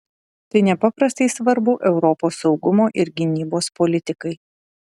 tai nepaprastai svarbu europos saugumo ir gynybos politikai